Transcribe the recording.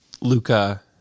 Luca